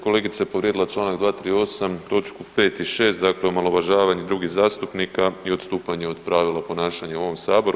Kolegica je povrijedila Članak 238. točku 5. i 6., dakle omalovažavanje drugih zastupnika i odstupanja od pravila ponašanja u ovom saboru.